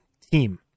team